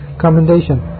commendation